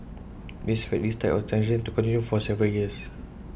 we expect these types of transactions to continue for several years